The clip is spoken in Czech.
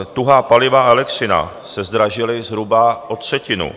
Tuhá paliva a elektřina se zdražily zhruba o třetinu.